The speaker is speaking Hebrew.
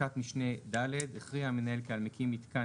בפסקת משנה (ד) "הכריע המנהל כי על מקים מיתקן